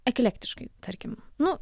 eklektiškai tarkim nu